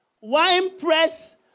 winepress